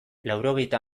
laurogeita